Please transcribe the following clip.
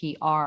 PR